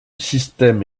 système